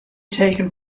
taken